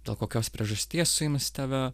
dėl kokios priežasties suims tave